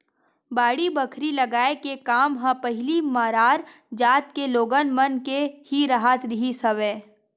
बाड़ी बखरी लगाए के काम ह पहिली मरार जात के लोगन मन के ही राहत रिहिस हवय